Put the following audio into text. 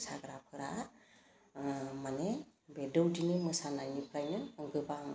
मोसाग्राफ्रा ओह माने बे दौदिनि मोसानायनिफ्रायनो गोबां